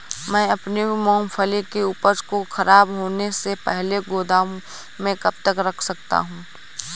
मैं अपनी मूँगफली की उपज को ख़राब होने से पहले गोदाम में कब तक रख सकता हूँ?